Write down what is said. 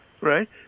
right